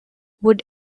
would